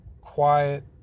quiet